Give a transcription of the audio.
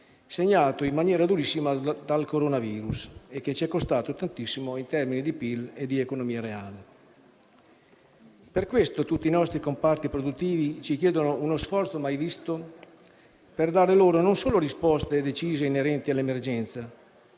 segnato in maniera durissima dal coronavirus e che ci è costato tantissimo in termini di PIL e di economia reale. Per questo, tutti i nostri comparti produttivi ci chiedono uno sforzo mai visto per dare loro non solo risposte decise inerenti all'emergenza,